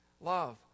love